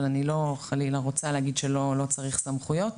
אבל אני חלילה לא רוצה להגיד שלא צריך את הסמכויות.